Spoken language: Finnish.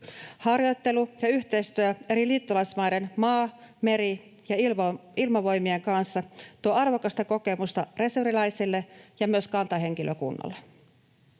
Harjoittelu ja yhteistyö eri liittolaismaiden maa-, meri- ja ilmavoimien kanssa tuo arvokasta kokemusta reserviläisille ja myös kantahenkilökunnalle.